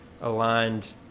aligned